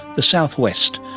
the southwest,